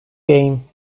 game